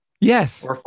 yes